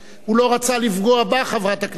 הוא לא רצה לפגוע בך, חברת הכנסת גלאון,